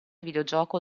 videogioco